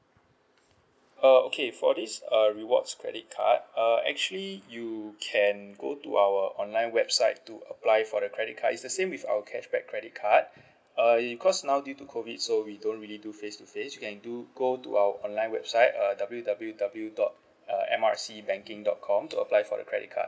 uh okay for this err rewards credit card uh actually you can go to our online website to apply for the credit card is the same with our cashback credit card uh because now due to COVID so we don't really do face to face you can do go to our online website uh W_W_W dot uh M R C banking dot com to apply for the credit card